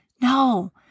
No